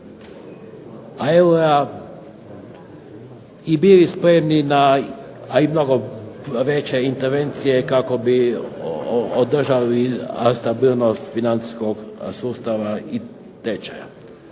eura i bili spremni a i mnogo veće intervencije kako bi održali stabilnost financijskog sustava i tečaja.